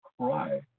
cry